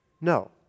No